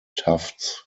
tufts